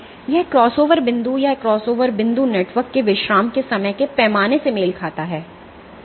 यह क्रॉसओवर बिंदु यह क्रॉसओवर बिंदु नेटवर्क के विश्राम के समय के पैमाने से मेल खाता है